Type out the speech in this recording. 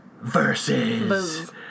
Versus